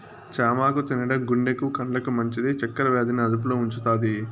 చామాకు తినడం గుండెకు, కండ్లకు మంచిది, చక్కర వ్యాధి ని అదుపులో ఉంచుతాది